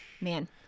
Man